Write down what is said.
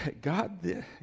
God